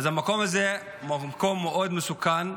המקום הזה הוא מקום מאוד מסוכן.